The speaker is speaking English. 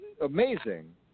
amazing